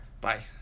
Bye